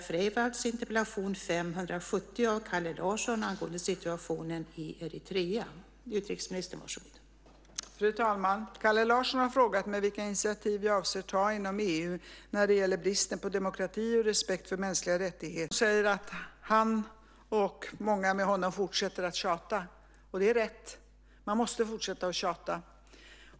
Fru talman! Kalle Larsson säger att han och många med honom fortsätter att tjata, och det är rätt. Man måste fortsätta att tjata.